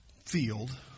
field